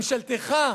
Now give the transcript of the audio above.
ממשלתך,